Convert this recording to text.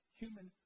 human